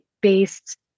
based